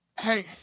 Hey